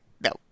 No